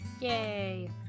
yay